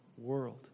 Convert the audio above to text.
world